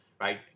right